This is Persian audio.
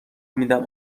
میدم